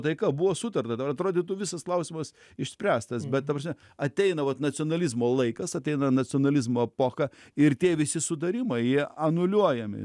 taika buvo sutarta dar atrodytų visas klausimas išspręstas bet ta prasme ateina vat nacionalizmo laikas ateina nacionalizmo epocha ir tie visi sudarimai jie anuliuojami